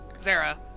Zara